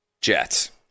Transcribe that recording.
Jets